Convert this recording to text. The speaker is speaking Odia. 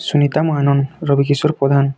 ସୁନିତା ମହାନନ୍ ରବିକିଶୋର ପ୍ରଧାନ